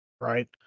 Right